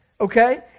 Okay